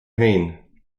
haon